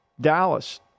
Dallas